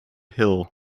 hill